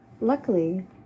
Luckily